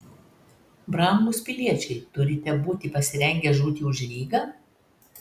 brangūs piliečiai turite būti pasirengę žūti už rygą